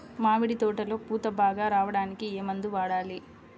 మామిడి తోటలో పూత బాగా రావడానికి ఏ మందు వాడాలి?